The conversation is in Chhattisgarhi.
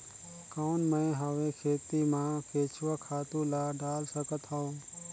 कौन मैं हवे खेती मा केचुआ खातु ला डाल सकत हवो?